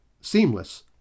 seamless